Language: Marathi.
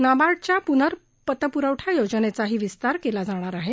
नाबार्डच्या पुनर्पतपुरवठा योजनेचाही विस्तार केला जाणार आहे